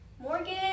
Morgan